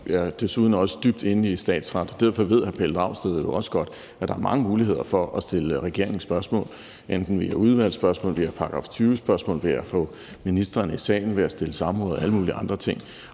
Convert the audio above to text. desuden dybt inde i statsret. Derfor ved hr. Pelle Dragsted jo også godt, at der er mange muligheder for at stille regeringen spørgsmål, enten via udvalgsspørgsmål, via § 20-spørgsmål, ved at få ministeren i salen, ved at indkalde til samråd eller alle mulige andre ting.